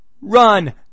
Run